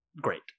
great